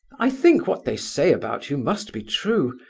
i think what they say about you must be true,